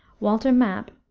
walter map,